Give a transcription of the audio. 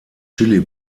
chili